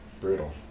Brutal